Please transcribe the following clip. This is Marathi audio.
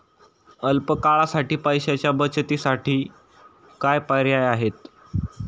अल्प काळासाठी पैशाच्या बचतीसाठी काय पर्याय आहेत?